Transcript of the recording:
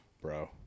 Bro